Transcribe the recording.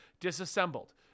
Disassembled